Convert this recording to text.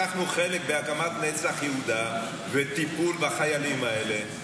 לקחנו חלק בהקמת נצח יהודה וטיפול בחיילים האלה,